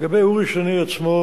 לגבי אורי שני עצמו,